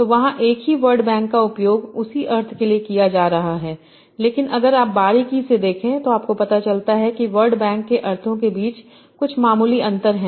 तो वहाँ एक ही वर्ड बैंक का उपयोग उसी अर्थ के लिए किया जा रहा है लेकिन अगर आप बारीकी से देखें तो आपको पता चलता है कि वर्ड बैंक के अर्थों के बीच कुछ मामूली अंतर है